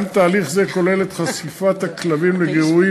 גם תהליך זה כולל את חשיפת הכלבים לגירויים